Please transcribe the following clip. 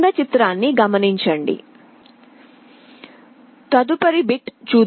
తదుపరి బిట్ చూద్దాం